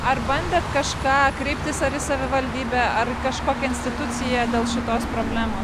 ar bandėt kažką kreiptis į savivaldybę ar kažkokią instituciją dėl šitos problemos